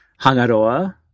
Hangaroa